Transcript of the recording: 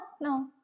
no